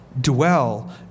dwell